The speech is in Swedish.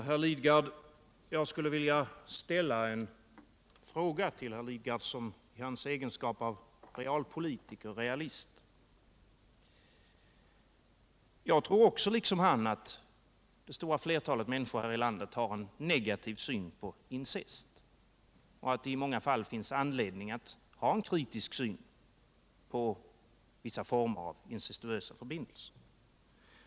Herr talman! Jag skulle vilja ställa en fråga till Bertil Lidgard i hans egenskap av realpolitiker och realist. Jag tror liksom han att det stora flertalet människor här i landet har en negativ syn på incest och att det i många fall finns anledning att ha en kritisk syn på vissa former av incestuösa förbindelser.